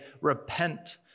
repent